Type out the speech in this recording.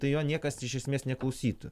tai jo niekas iš esmės neklausytų